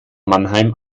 mannheim